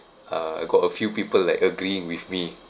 uh I got a few people like agreeing with me